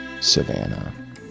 Savannah